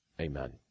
Amen